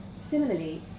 Similarly